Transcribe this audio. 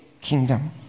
kingdom